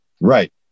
Right